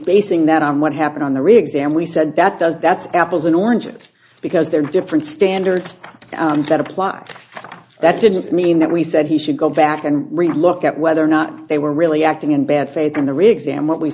basing that on what happened on the rigs and we said that does that's apples and oranges because there are different standards that apply that didn't mean that we said he should go back and read look at whether or not they were really acting in bad faith in their exam what we